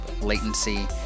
latency